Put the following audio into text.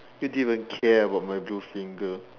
you didn't even care about my blue finger